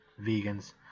vegans